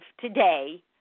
today